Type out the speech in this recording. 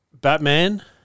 Batman